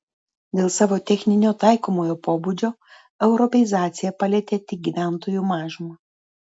dėl savo techninio taikomojo pobūdžio europeizacija palietė tik gyventojų mažumą